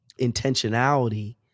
intentionality